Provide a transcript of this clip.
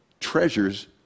treasures